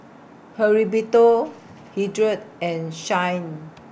Heriberto Hildred and Shyann